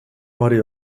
body